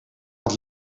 had